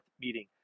meeting